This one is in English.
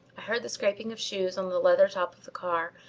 i heard the scraping of shoes on the leather top of the car,